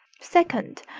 second,